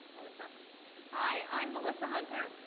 melissa hi, i'm melissa hunter.